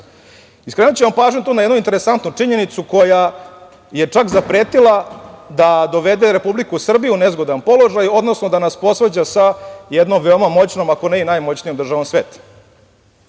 društvu. Skrenuću vam pažnju tu na jedni interesantnu činjenicu koja je čak zapretila da dovede Republiku Srbiju u nezgodan položaj, odnosno da nas posvađa sa jednom veoma moćnom, ako ne i najmoćnijom državom